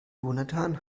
jonathan